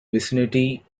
vicinity